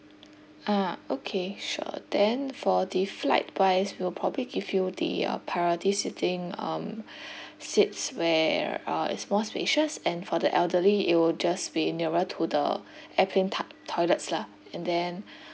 ah okay sure then for the flight wise we will probably give you the uh priority sitting um seats where uh is more spacious and for the elderly it'll just be nearer to the airplane t~ toilets lah and then